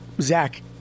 Zach